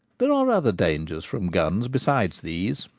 there are other dangers from guns beside these.